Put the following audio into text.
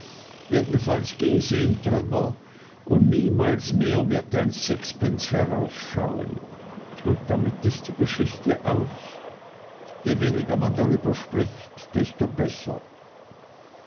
jedenfalls ging sie in trümmer und niemals mehr wird ein sixpence herausschauen und damit ist die geschichte aus je weniger man darüber sprich desto besser